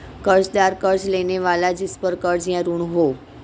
कर्ज़दार कर्ज़ लेने वाला जिसपर कर्ज़ या ऋण हो